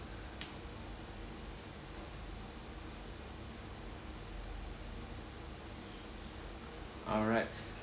alright